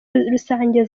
rusange